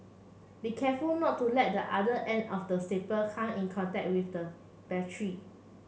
be careful not to let the other end of the staple come in contact with the